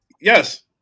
Yes